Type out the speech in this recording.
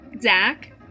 Zach